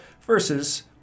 versus